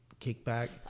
Kickback